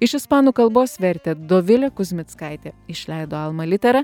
iš ispanų kalbos vertė dovilė kuzmickaitė išleido alma litera